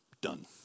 Done